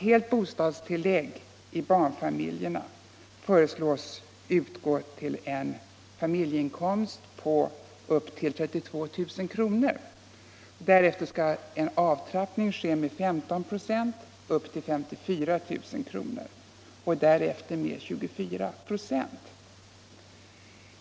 Helt bostadstillägg åt barnfamiljerna föreslås utgå upp till en familjeinkomst på 32 000 kr. Därefter sker en avtrappning med 15 96 upp till 54 000 kr. och sedan med 24 26.